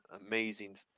amazing